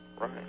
Right